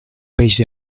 peix